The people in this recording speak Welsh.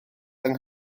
yng